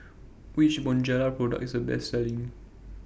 Which Bonjela Product IS The Best Selling